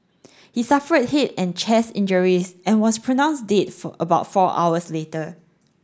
he suffered head and chest injuries and was pronounced dead for about four hours later